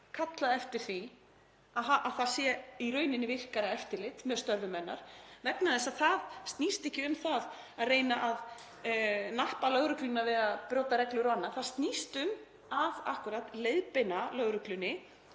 kallað eftir því að það sé í rauninni virkara eftirlit með störfum hennar. Það snýst ekki um það að reyna að nappa lögregluna við að brjóta reglur og annað. Það snýst um að leiðbeina lögreglunni